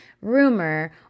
rumor